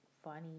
funny